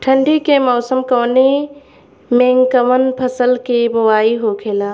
ठंडी के मौसम कवने मेंकवन फसल के बोवाई होखेला?